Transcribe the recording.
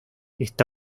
está